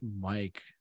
Mike